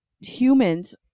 humans